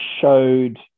showed